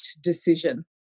decision